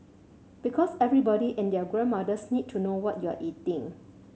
because everybody and their grandmothers need to know what you're eating